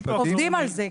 עובדים על זה.